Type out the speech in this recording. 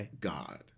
God